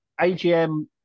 AGM